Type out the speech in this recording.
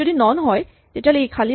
যদি ই নন হয় ই খালী